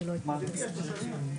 אי אפשר להתקדם יותר באופן הזה.